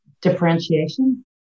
Differentiation